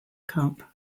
cup